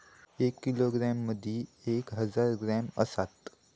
एक किलोग्रॅम मदि एक हजार ग्रॅम असात